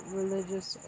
religious